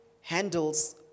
handles